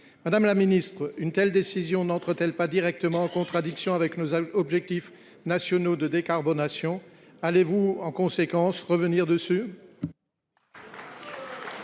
Madame la ministre, une telle décision n’entre t elle pas directement en contradiction avec nos objectifs nationaux de décarbonation ? En conséquence, allez vous revenir dessus ?